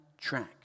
track